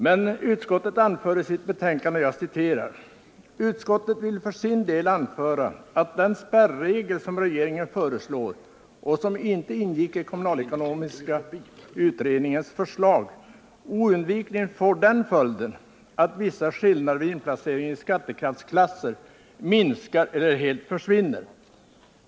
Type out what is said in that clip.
Men utskottet anför i sitt betänkande: ”Utskottet vill för sin del anföra att den spärregel som regeringen föreslår och som inte ingick i KEU 76:s förslag oundvikligen får den följden att vissa skillnader vid inplaceringen i skattekraftsklasser minskar eller helt försvinner.